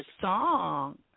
song